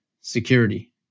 security